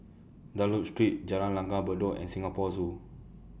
Dunlop Street Jalan Langgar Bedok and Singapore Zoo